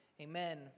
Amen